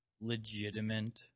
legitimate